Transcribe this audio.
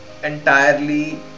Entirely